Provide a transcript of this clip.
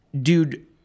Dude